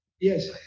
yes